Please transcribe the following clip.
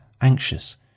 anxious